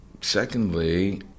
Secondly